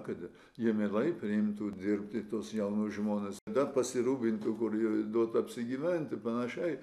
kad jie mielai priimtų dirbti tuos jaunus žmones bet pasirūpintų kur duota apsigyventi panašiai